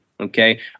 okay